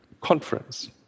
conference